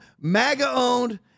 MAGA-owned